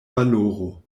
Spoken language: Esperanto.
valoro